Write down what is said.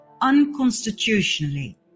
unconstitutionally